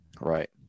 right